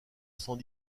sans